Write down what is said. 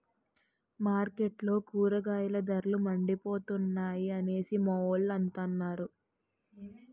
మార్కెట్లో కూరగాయల ధరలు మండిపోతున్నాయి అనేసి మావోలు అంతన్నారు